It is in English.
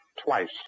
Twice